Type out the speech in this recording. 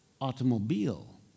Automobile